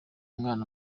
umwana